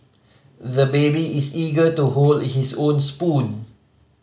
the baby is eager to hold his own spoon